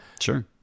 Sure